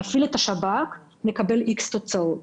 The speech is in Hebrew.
כלומר: נפעיל את השב"כ נקבל איקס תוצאות.